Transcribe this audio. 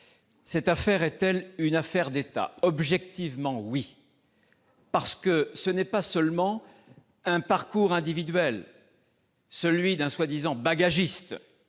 Cette affaire est-elle une affaire d'État ? Objectivement oui, car ce qui est en cause, ce n'est pas seulement un parcours individuel, celui d'un prétendu bagagiste,